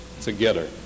together